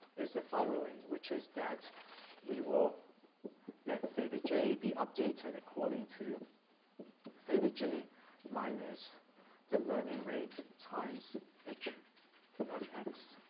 is the following, which is that we will that theta j be updated according to theta j minus the learning rate times h of x